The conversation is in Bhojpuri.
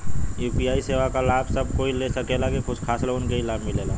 यू.पी.आई सेवा क लाभ सब कोई ले सकेला की कुछ खास लोगन के ई लाभ मिलेला?